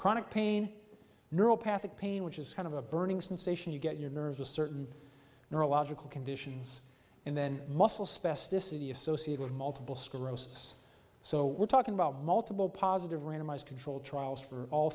chronic pain neuropathic pain which is kind of a burning sensation you get your nerves a certain neurological conditions and then muscle specificity associate with multiple sclerosis so we're talking about multiple positive randomized controlled trials for all